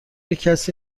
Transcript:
کسی